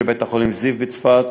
לבית-החולים זיו בצפת,